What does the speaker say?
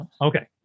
Okay